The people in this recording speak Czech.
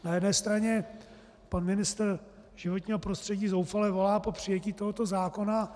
Na jedné straně pan ministr životního prostředí zoufale volá po přijetí tohoto zákona.